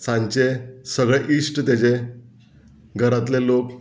सांचे सगळे इश्ट तेजे घरांतले लोक